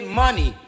money